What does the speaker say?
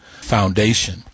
Foundation